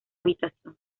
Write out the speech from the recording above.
habitación